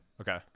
Okay